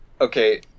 Okay